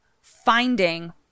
finding